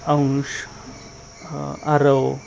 अंश आरव